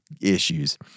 issues